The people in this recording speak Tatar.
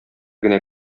генә